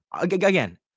again